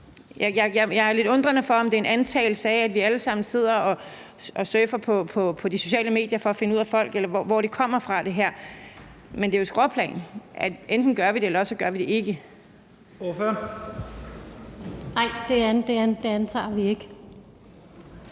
Jeg er lidt undrende over for, om det er en antagelse af, at vi alle sammen sidder og surfer på de sociale medier for at finde ud af noget om folk, eller hvor det her kommer fra. Men det er jo et skråplan, for enten gør vi det, eller også gør vi det ikke.